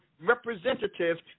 representatives